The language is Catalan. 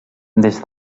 des